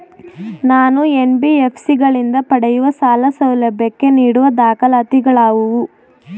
ನಾನು ಎನ್.ಬಿ.ಎಫ್.ಸಿ ಗಳಿಂದ ಪಡೆಯುವ ಸಾಲ ಸೌಲಭ್ಯಕ್ಕೆ ನೀಡುವ ದಾಖಲಾತಿಗಳಾವವು?